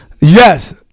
Yes